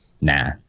Nah